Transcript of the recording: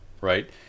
Right